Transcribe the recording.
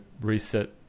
reset